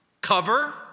Cover